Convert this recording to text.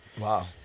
Wow